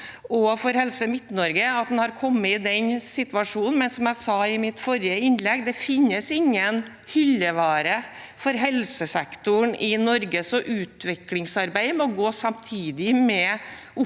for Helse Midt-Norge at en har kommet i denne situasjonen, men som jeg sa i mitt forrige innlegg: Det finnes ingen hyllevare for helsesektoren i Norge, så utviklingsarbeid må gå samtidig med opplæring